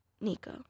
Nico